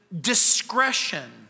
discretion